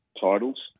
titles